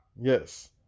Yes